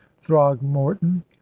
throgmorton